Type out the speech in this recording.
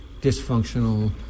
dysfunctional